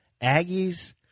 Aggies